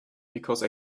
because